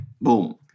Boom